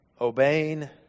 obeying